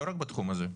לא רק בתחום הזה.